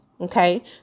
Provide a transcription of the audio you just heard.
Okay